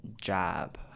job